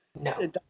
no